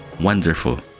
wonderful